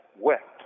wept